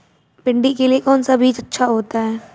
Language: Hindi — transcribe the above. भिंडी के लिए कौन सा बीज अच्छा होता है?